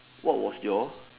what was your